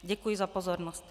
Děkuji za pozornost.